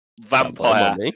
vampire